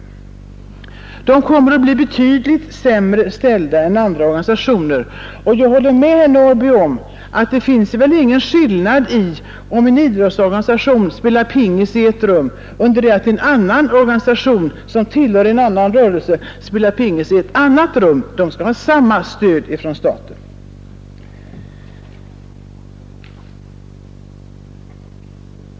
Idrottsorganisationerna kommer att bli betydligt sämre ställda än andra organisationer, och jag håller med herr Norrby i Gunnarskog om att det inte är någon skillnad om en idrottsorganisation spelar pingis i ett rum under det att en organisation som tillhör en annan rörelse spelar pingis i ett rum intill. De skall ha samma stöd från staten.